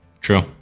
True